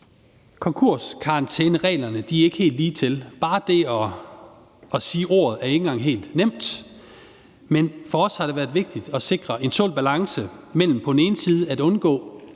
Konkurskarantænereglerne er ikke helt ligetil, bare det at sige ordet er ikke engang helt nemt, men for os har det været vigtigt at sikre en sund balance mellem på den ene side at undgå